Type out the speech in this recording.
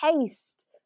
taste